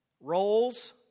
Roles